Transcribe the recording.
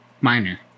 minor